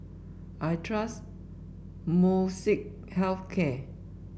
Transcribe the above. I trust Molnylcke Health Care